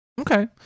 Okay